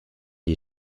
die